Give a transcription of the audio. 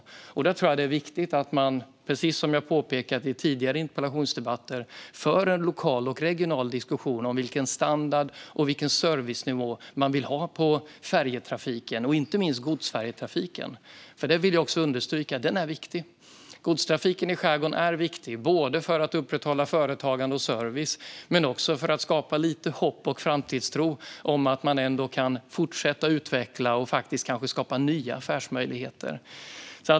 Som jag påpekat i tidigare interpellationsdebatter tror jag att det är viktigt att man för en lokal och regional diskussion om vilken standard och servicenivå man vill ha på färjetrafiken och inte minst godsfärjetrafiken, som är viktig, vilket jag vill understryka. Godstrafiken i skärgården är viktig för att upprätthålla företagande och service, men också för att skapa lite hopp och framtidstro om att man kan fortsätta att utveckla och kanske skapa nya affärsmöjligheter.